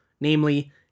namely